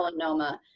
melanoma